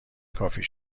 کافی